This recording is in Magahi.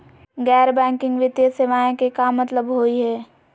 गैर बैंकिंग वित्तीय सेवाएं के का मतलब होई हे?